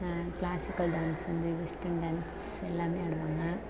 classical டான்ஸிலேருந்து western dance எல்லாமே ஆடுவாங்க